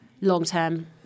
long-term